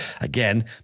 Again